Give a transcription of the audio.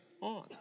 on